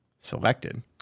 selected